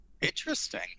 Interesting